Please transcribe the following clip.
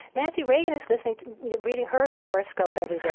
nancy reagan is listening to reading her horoscope every day.